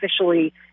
officially